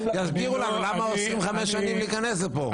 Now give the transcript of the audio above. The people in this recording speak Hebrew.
יסביר לנו למה אוסרים עליהם במשך חמש שנים להיכנס לפה.